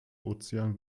ozean